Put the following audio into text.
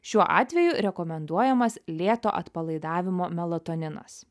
šiuo atveju rekomenduojamas lėto atpalaidavimo melatoninas